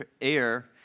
air